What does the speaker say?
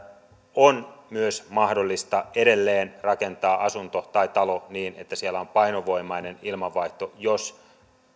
on myös mahdollista edelleen rakentaa asunto tai talo niin että siellä on painovoimainen ilmanvaihto jos